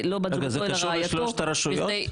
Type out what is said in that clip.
זה קשור לשלוש הרשויות?